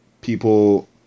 people